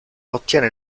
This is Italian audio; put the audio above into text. ottiene